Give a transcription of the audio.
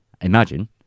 imagine